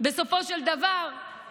בתקופה מאוד מאוד קשה,